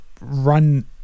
run